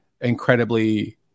incredibly